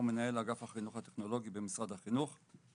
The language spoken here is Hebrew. אני מנהל אגף החינוך הטכנולוגי במשרד החינוך.